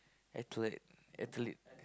athletic athletic